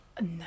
no